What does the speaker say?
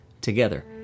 together